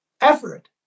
effort